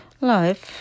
Life